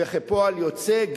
וכפועל יוצא,